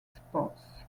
spots